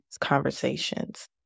conversations